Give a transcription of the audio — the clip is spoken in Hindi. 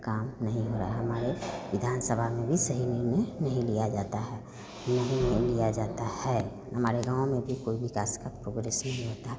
काम नहीं हो रहा हमारे विधानसभा में भी सही निर्णय नहीं लिया जाता है नहीं वो लिया जाता है हमारे गाँव में भी कोई विकास का प्रोग्रेस नहीं होता